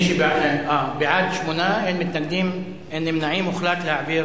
הוחלט להעביר